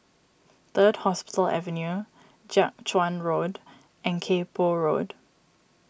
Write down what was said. Third Hospital Avenue Jiak Chuan Road and Kay Poh Road